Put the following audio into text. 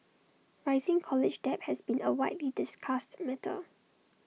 rising college debt has been A widely discussed matter